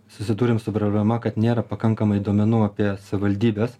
susidūrėm su problema kad nėra pakankamai duomenų apie savivaldybes